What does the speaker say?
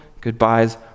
goodbyes